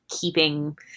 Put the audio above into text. keeping